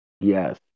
Yes